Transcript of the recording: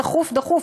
דחוף דחוף,